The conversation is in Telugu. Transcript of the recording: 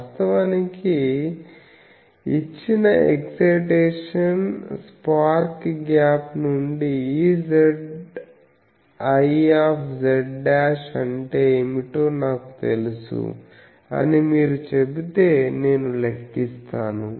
వాస్తవానికి ఇచ్చిన ఎక్సైటేషన్ స్పార్క్ గ్యాప్ నుండి Ezi z అంటే ఏమిటో నాకు తెలుసు అని మీరు చెబితే నేను లెక్కిస్తాను